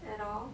at all